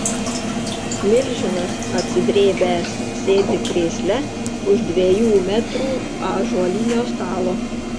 milžinas atsidrėbęs sėdi krėsle už dviejų metrų ąžuolinio stalo